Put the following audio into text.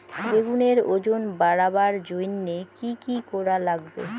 বেগুনের ওজন বাড়াবার জইন্যে কি কি করা লাগবে?